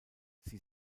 sie